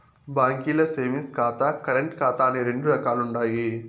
బాంకీల్ల సేవింగ్స్ ఖాతా, కరెంటు ఖాతా అని రెండు రకాలుండాయి